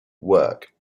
work